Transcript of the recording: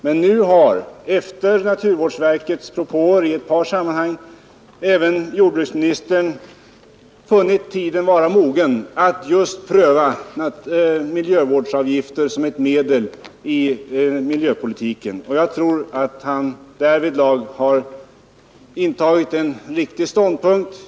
Men nu har efter naturvårdsverkets propåer i ett par sammanhang även jordbruksministern funnit tiden vara mogen att just pröva miljövårdsavgifter som ett medel i miljöpolitiken, och jag tror att han därvidlag har intagit en riktig ståndpunkt.